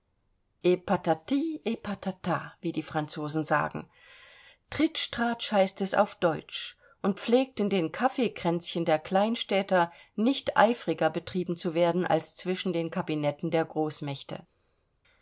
patat wie die franzosen sagen tritschtratsch heißt es auf deutsch und pflegt in den kaffeekränzchen der kleinstädter nicht eifriger betrieben zu werden als zwischen den kabinetten der großmächte